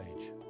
age